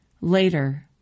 Later